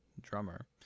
drummer